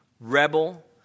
rebel